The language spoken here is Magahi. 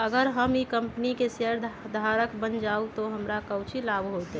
अगर हम ई कंपनी के शेयरधारक बन जाऊ तो हमरा काउची लाभ हो तय?